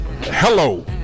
Hello